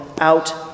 out